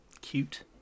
Cute